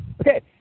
okay